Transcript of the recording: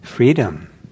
Freedom